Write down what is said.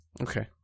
Okay